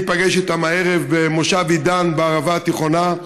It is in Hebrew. אני איפגש איתם הערב במושב עידן בערבה התיכונה,